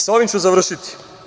Sa ovim ću završiti.